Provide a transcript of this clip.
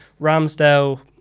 Ramsdale